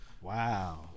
Wow